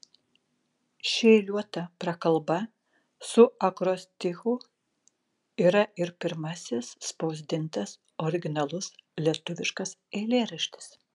ši eiliuota prakalba su akrostichu yra ir pirmasis spausdintas originalus lietuviškas eilėraštis